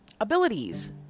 abilities